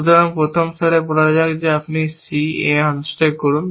সুতরাং প্রথম স্তরে বলা যাক আপনি C A আনস্ট্যাক করুন